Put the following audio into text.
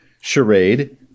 charade